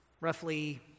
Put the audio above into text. Roughly